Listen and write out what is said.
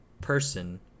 person